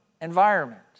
environment